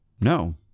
No